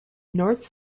north